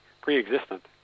pre-existent